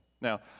Now